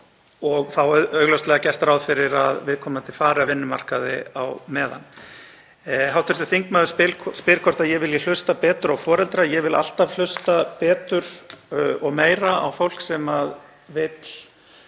og þá er augljóslega gert ráð fyrir að viðkomandi fari af vinnumarkaði á meðan. Hv. þingmaður spyr hvort ég vilji hlusta betur á foreldra. Ég vil alltaf hlusta betur og meira á fólk sem vill